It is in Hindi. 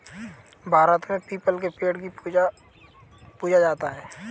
भारत में पीपल के पेड़ को पूजा जाता है